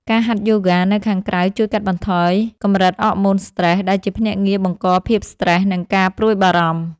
ការហាត់យូហ្គានៅខាងក្រៅជួយកាត់បន្ថយកម្រិតអរម៉ូនស្រ្តេស ដែលជាភ្នាក់ងារបង្កភាពស្ត្រេស និងការព្រួយបារម្ភ។